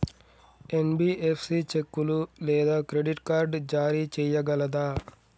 NBFC చెక్కులు లేదా credit card జారీ చేయగలదా?